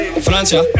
Francia